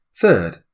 Third